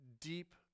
deep